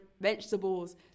vegetables